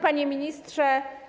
Panie Ministrze!